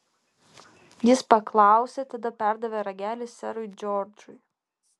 jis paklausė tada perdavė ragelį serui džordžui